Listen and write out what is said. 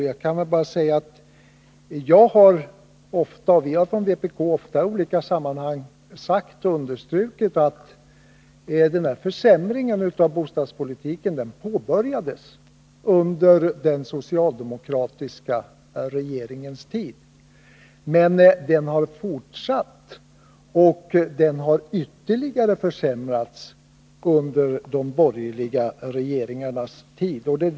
Jag kan bara säga att vi från vpk i olika sammanhang ofta har understrukit att försämringen av bostadspolitiken påbörjades under den socialdemokratiska regeringens tid, men den har fortsatt och ytterligare förvärrats under de borgerliga regeringarnas tid.